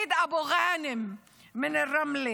סעד אבו גאנם מרמלה,